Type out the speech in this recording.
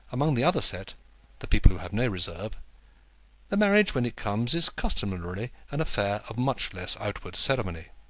among the other set the people who have no reserve the marriage, when it comes, is customarily an affair of much less outward ceremony.